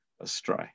astray